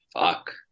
Fuck